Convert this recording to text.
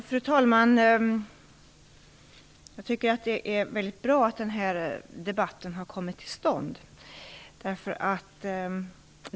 Fru talman! Det är väldigt bra att den här debatten har kommit till stånd.